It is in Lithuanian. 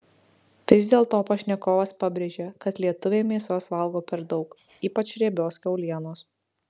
vis dėlto pašnekovas pabrėžia kad lietuviai mėsos valgo per daug ypač riebios kiaulienos